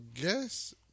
guess